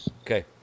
Okay